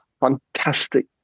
fantastic